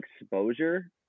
exposure